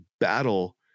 battle